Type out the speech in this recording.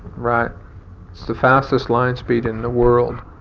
right. it's the fastest line speed in the world.